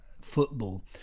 football